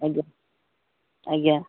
ଆଜ୍ଞା ଆଜ୍ଞା